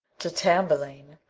to tamburlaine,